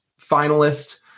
finalist